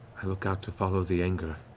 i look out to follow the anger,